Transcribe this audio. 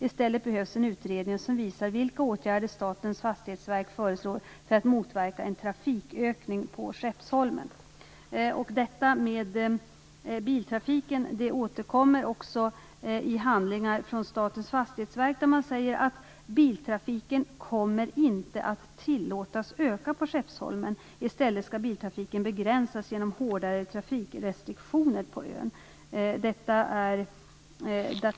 I stället behövs en utredning som visar vilka åtgärder Statens fastighetsverk föreslår för att motverka en trafikökning på Skeppsholmen. Detta med biltrafiken återkommer också i handlingar från Statens fastighetsverk. Man säger: Biltrafiken kommer inte att tillåtas öka på Skeppsholmen. I stället skall biltrafiken begränsas genom hårdare trafikrestriktioner på ön.